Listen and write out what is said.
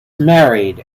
married